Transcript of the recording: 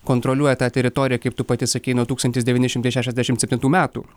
kontroliuoja tą teritoriją kaip tu pati sakei nuo tūkstantis devyni šimtai šešiasdešimt septintų metų